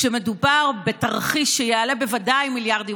כשמדובר בתרחיש שיעלה בוודאי מיליארדים,